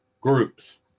Groups